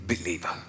believer